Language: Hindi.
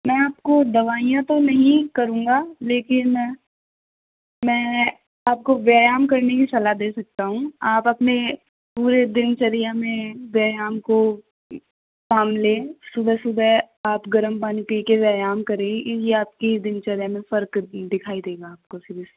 मैं आपको दवाईयाँ तो नहीं करूंगा लेकिन मैं मैं आपको व्ययाम करने की सलाह दे सकता हूँ आप अपने पूरे दिनचर्या में व्यायाम को काम लें सुबह सुबह आप गर्म पानी पीके व्यायाम करें ये आपके दिनचर्या में फर्क दिखाई देगा आपको सिरियसली